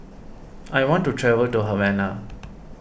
I want to travel to Havana